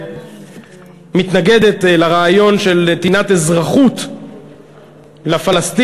מתנגדת לרעיון של נתינת אזרחות לפלסטינים